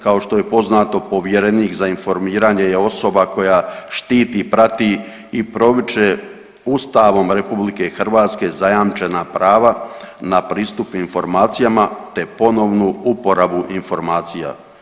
Kao što je poznato povjerenik za informiranje je osoba koja štiti, prati i promiče Ustavom RH zajamčena prava na pristup informacijama, te ponovnu uporabu informacija.